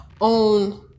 own